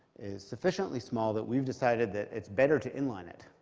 it's sufficiently small that we've decided that it's better to inline it.